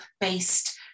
based